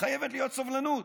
חייבת להיות סובלנות.